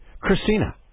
Christina